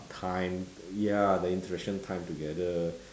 time ya their interaction time together